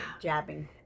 Jabbing